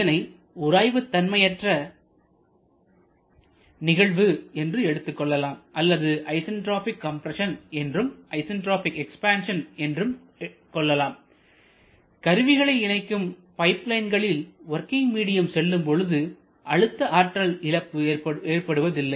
இதனை உராய்வு தன்மையற்ற நிகழ்வு என்று எடுத்துக்கொள்ளலாம் அல்லது ஐசன்டிராபிக் கம்ப்ரஸன் என்றும் ஐசன்டிராபிக் எக்ஸ்பான்சன் என்றும் கொள்ளலாம் கருவிகளை இணைக்கும் பைப்லைன்களில் வொர்கிங் மீடியம் செல்லும்பொழுது அழுத்தஆற்றல் இழப்பு ஏற்படுவதில்லை